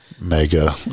mega